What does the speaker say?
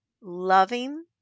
loving